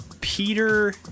Peter